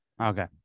Okay